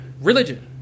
religion